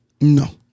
No